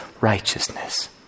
righteousness